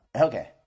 Okay